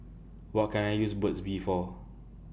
What Can I use Burt's Bee For